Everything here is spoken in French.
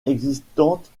existantes